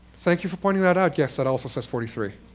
thank you for pointing that out. yes, that also says forty three.